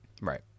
Right